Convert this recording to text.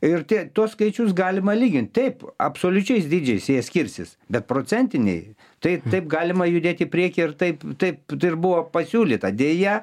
ir tie tuos skaičius galima lygint taip absoliučiais dydžiais jie skirsis bet procentiniai tai taip galima judėti į priekį ir taip taip ir buvo pasiūlyta deja